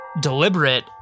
deliberate